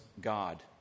God